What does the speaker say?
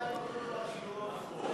אותו דבר שהוא לא נכון.